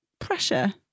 pressure